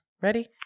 Ready